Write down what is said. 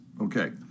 Okay